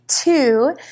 two